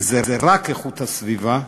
וזה רק איכות הסביבה,